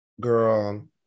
girl